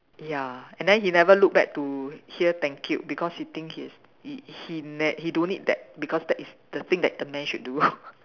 ya and then he never look back to hear thank you because he think he is he he ne~ he don't need that because that is the thing that the man should do